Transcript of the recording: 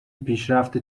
پیشرفت